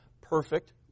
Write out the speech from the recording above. perfect